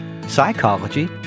psychology